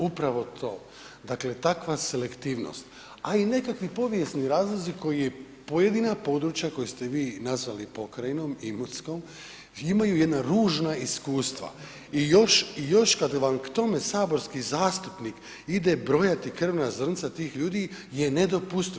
Upravo to, dakle takva selektivnost, a i nekakvi povijesni razlozi koji je pojedina područja koje ste vi nazvali pokrajinom imotskom i imaju jedna ružna iskustva i još kad vam k tome saborski zastupnik ide brojati krvna zrnca tih ljudi je nedopustivo.